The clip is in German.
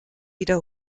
wieder